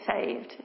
saved